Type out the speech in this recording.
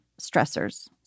stressors